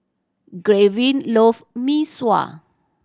Gavyn loves Mee Sua